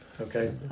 okay